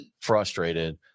frustrated